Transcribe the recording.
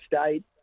state